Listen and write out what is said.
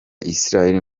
israel